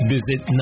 Visit